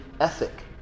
ethic